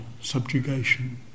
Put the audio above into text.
subjugation